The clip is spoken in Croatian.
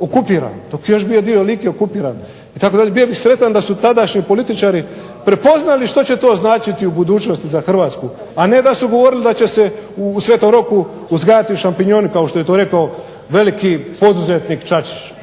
okupiran, dok je još bio dio Like okupiran itd., bio bih sretan da su tadašnji političari prepoznali što će to značiti u budućnosti za Hrvatsku, a ne da su govorili da će se u Svetom Roku uzgajati šampinjoni kao što je to rekao veliki poduzetnik Čačić.